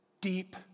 deep